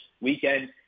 weekend